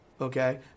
okay